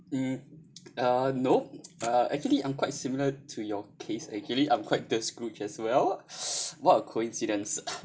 mm uh no uh actually I'm quite similar to your case actually I'm quite the scrooge as well what a coincidence